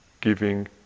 giving